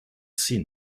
scene